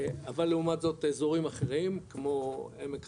אבל לעומת זאת האזורים אחרים, כמו עמק חרוד,